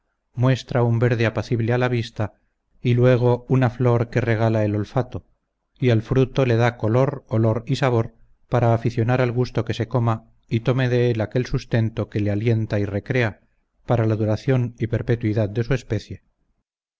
muestra un verde apacible a la vista y luego una flor que le regala el olfato y al fruto le da color olor y sabor para aficionar al gusto que se coma y tome de él aquel sustento que le alienta y recrea para la duración y perpetuidad de su especie